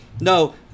No